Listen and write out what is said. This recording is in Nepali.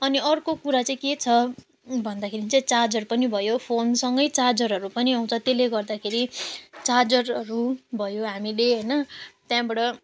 अनि अर्को कुरा चाहिँ के छ भन्दाखेरि चाहिँ चार्जर पनि भयो फोनसँग चार्जरहरू पनि आउँछ त्यसले गर्दाखेरि चार्जरहरू भयो हामीले होइन त्यहाँबाट